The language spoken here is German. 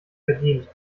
verdient